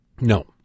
No